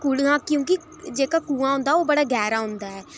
खुह् दा क्योंकि जेह्ड़ा खूह् होंदा ऐ ओह् बड़ा गैह्रा होंदा ऐ